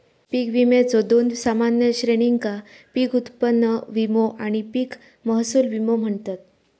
पीक विम्याच्यो दोन सामान्य श्रेणींका पीक उत्पन्न विमो आणि पीक महसूल विमो म्हणतत